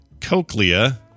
Cochlea